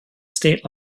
state